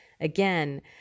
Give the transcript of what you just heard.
Again